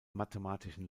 mathematischen